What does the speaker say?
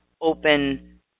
open